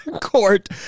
court